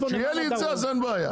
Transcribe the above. כשיהיה לי את זה אז אין בעיה.